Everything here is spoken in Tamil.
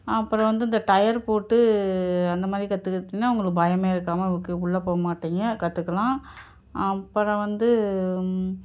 அப்புறம் வந்து இந்த டயர் போட்டு அந்த மாதிரி கற்றுக்கிட்டின்னா உங்களுக்கு பயமே இருக்காமல் ஓகே உள்ளே போக மாட்டீங்க கற்றுக்கலாம் அப்புறம் வந்து